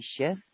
shift